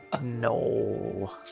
No